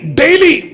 daily